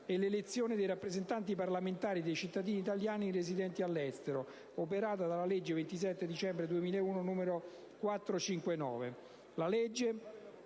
e l'elezione dei rappresentanti parlamentari dei cittadini italiani residenti all'estero, disciplinata dalla legge 27 dicembre 2001, n. 459.